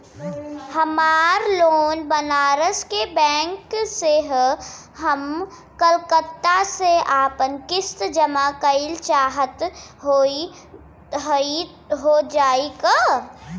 हमार लोन बनारस के बैंक से ह हम कलकत्ता से आपन किस्त जमा कइल चाहत हई हो जाई का?